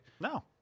No